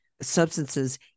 substances